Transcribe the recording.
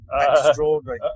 Extraordinary